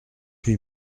huit